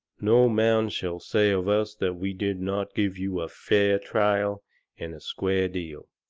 no man shall say of us that we did not give you a fair trial and a square deal.